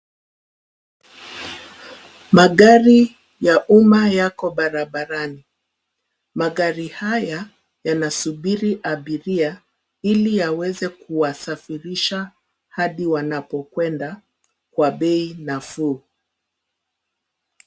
Magari ya umma yako barabarani. Magari haya, yanasubiri abiria ili yaweze kuwasafirisha hadi wanapokwenda kwa bei nafuu.